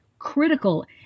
critical